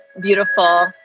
beautiful